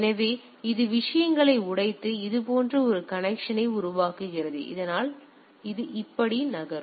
எனவே அது விஷயங்களை உடைத்து இது போன்ற ஒரு கனெக்சன் உருவாக்குகிறது இதனால் அது அப்படி நகரும்